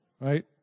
right